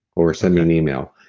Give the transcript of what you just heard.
or send me an email,